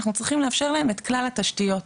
אנחנו צריכים לאפשר להם את כלל התשתיות.